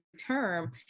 term